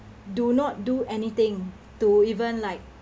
do not do anything to even like